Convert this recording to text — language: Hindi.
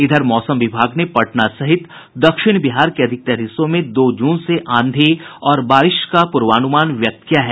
इधर मौसम विभाग ने पटना सहित दक्षिण बिहार के अधिकतर हिस्सों में दो जून से आंधी और बारिश का पूर्वानुमान व्यक्त किया है